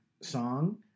song